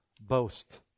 boast